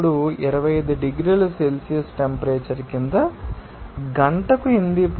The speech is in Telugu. ఇప్పుడు 25 డిగ్రీల సెల్సియస్ టెంపరేచర్ కింద గంటకు 8